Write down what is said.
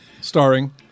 Starring